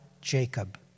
Jacob